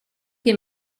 che